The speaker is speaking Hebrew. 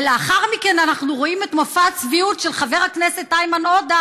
ולאחר מכן אנחנו רואים את מופע הצביעות של חבר הכנסת איימן עודה,